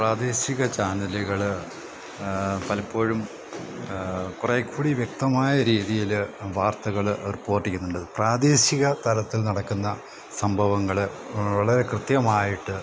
പ്രാദേശിക ചാനലുകൾ പലപ്പോഴും കുറേക്കൂടി വ്യക്തമായ രീതിയിൽ വാർത്തകൾ റിപ്പോർട്ട് ചെയ്യുന്നുണ്ട് പ്രാദേശിക തലത്തിൽ നടക്കുന്ന സംഭവങ്ങൾ വളരെ കൃത്യമായിട്ട്